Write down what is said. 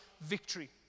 victory